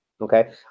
okay